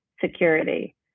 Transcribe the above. security